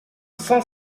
cent